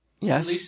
yes